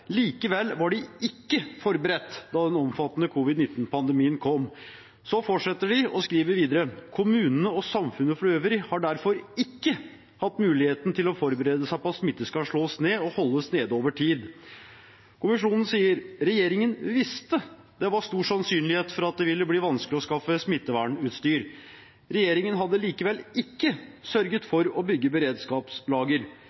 Likevel var de ikke forberedt da den omfattende og alvorlige covid-19-pandemien kom.» Så fortsetter de og skriver videre: «Kommunene og samfunnet for øvrig har derfor ikke hatt mulighet til å forberede seg på at smitte skulle slås ned og holdes nede over lang tid.» Kommisjonen sier regjeringen visste det var stor sannsynlighet for at det ville bli vanskelig å skaffe smittevernutstyr, men hadde likevel ikke sørget